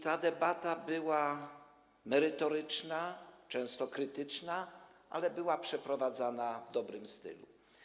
Ta debata była merytoryczna, często krytyczna, ale prowadzona w dobrym stylu.